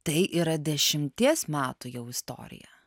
tai yra dešimties metų jau istorija